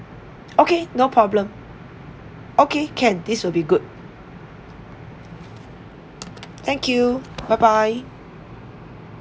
okay no problem okay can this will be good thank you bye bye